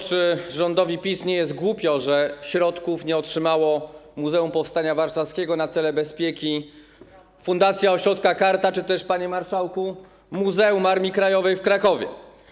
Czy rządowi PiS nie jest głupio, że środków nie otrzymało Muzeum Powstania Warszawskiego na cele bezpieki, Fundacja Ośrodka KARTA czy też, panie marszałku, Muzeum Armii Krajowej w Krakowie?